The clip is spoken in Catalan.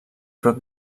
prop